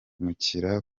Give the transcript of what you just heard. kurusha